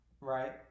right